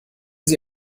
sie